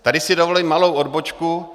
Tady si dovolím malou odbočku.